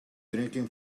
drinking